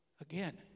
Again